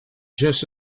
just